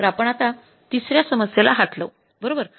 तर आपण आता तिसर्या समस्येला हात लावू बरोबर